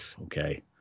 okay